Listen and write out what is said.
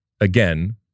again